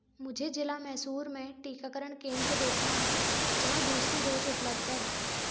मुझे जिला मैसूर में टीकाकरण केंद्र देखना है जहाँ दूसरी डोज़ उपलब्ध है